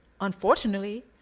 unfortunately